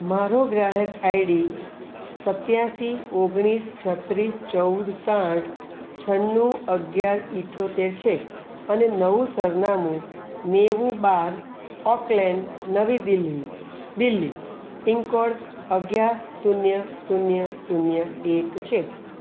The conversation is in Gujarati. મારો ગ્રાહક આઈડી સત્યાસી ઓગણીસ છત્રીસ ચૌદ સાઠ છનું અગિયાર ઇઠ્ઠોતેર છે અને નવું સરનામું નેવું બાર ઓકલેન નવી દિલ્હી દિલ્હી પિનકોડ અગિયાર શૂન્ય શૂન્ય શૂન્ય એક છે